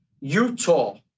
Utah